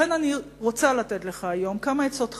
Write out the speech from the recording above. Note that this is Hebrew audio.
לכן אני רוצה לתת לך היום כמה עצות חינם,